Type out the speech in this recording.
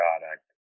product